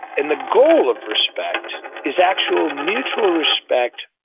and the goal of respect, is actual mutual respect,